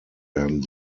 werden